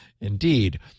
indeed